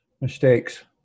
mistakes